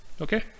okay